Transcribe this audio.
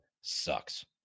sucks